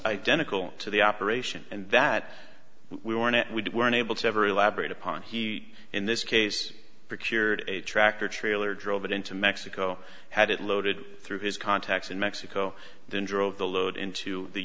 identical to the operation and that we were in it we were unable to ever elaborate upon he in this case procured a tractor trailer drove it into mexico had it loaded through his contacts in mexico then drove the load into the